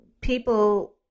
people